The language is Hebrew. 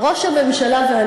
ראש הממשלה, ?